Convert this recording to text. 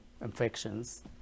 infections